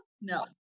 No